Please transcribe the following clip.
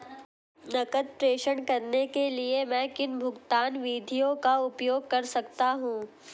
नकद प्रेषण करने के लिए मैं किन भुगतान विधियों का उपयोग कर सकता हूँ?